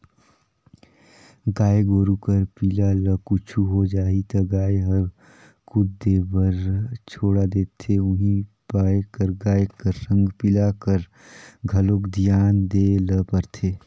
गाय गोरु कर पिला ल कुछु हो जाही त गाय हर दूद देबर छोड़ा देथे उहीं पाय कर गाय कर संग पिला कर घलोक धियान देय ल परथे